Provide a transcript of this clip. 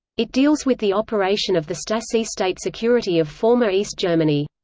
it deals with the operation of the stasi state security of former east germany.